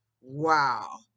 Wow